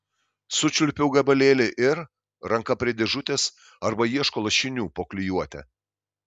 sučiulpiau gabalėlį ir ranka prie dėžutės arba ieško lašinių po klijuotę